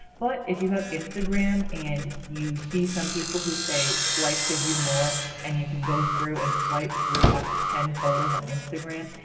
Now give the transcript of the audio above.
but if you have instagram, and you see some people who say swipe to view more and you can go through and swipe through up to ten photos on instagram,